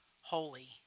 holy